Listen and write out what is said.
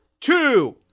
two